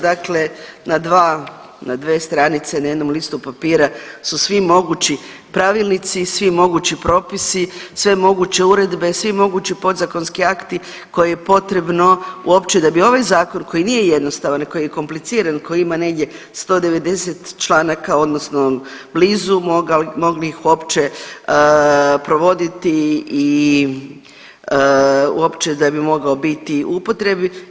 Dakle, na dva, na dvije stranice na jednom listu papira su svi mogući pravilnici, svi mogući propisi, sve moguće uredbe, svi mogući podzakonski akti koje je potrebno uopće da bi ovaj zakon koji nije jednostavan, koji je kompliciran, koji ima negdje 190. članaka odnosno blizu mogli ih uopće provoditi i uopće da bi mogao biti u upotrebi.